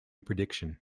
prediction